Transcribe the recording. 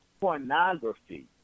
Pornography